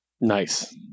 Nice